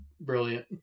brilliant